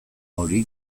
hori